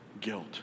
guilt